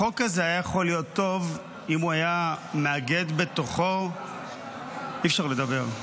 החוק הזה היה יכול להיות טוב אם הוא היה מאגד בתוכו --- אי-אפשר לדבר.